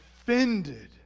offended